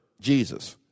Jesus